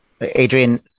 Adrian